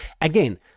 again